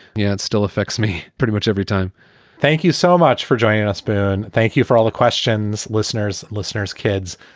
yeah, it still affects me pretty much every time thank you so much for joining us. boone, thank you for all the questions. listeners, listeners, kids.